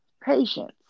Patience